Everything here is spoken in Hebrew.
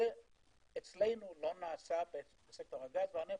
זה אצלנו לא נעשה כהלכה בסקטור הגז והנפט,